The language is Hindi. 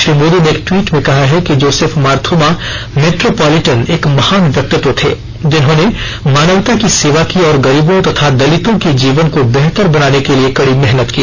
श्री मोदी ने एक टवीट में कहा है कि जोसेफ मार्श्रोमा मेट्रोपॉलिटन एक महान व्यक्तित्व थे जिन्होंने मानवता की सेवा की और गरीबों तथा दलितों के जीवन को बेहतर बनाने के लिए कड़ी मेहनत की